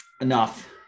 enough